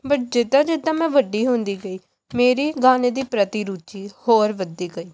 but ਜਿੱਦਾਂ ਜਿੱਦਾਂ ਮੈਂ ਵੱਡੀ ਹੁੰਦੀ ਗਈ ਮੇਰੀ ਗਾਣੇ ਦੀ ਪ੍ਰਤੀ ਰੁਚੀ ਹੋਰ ਵੱਧਦੀ ਗਈ